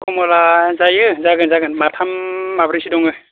कमला जायो जागोन जागोन माथाम माब्रैसो दङ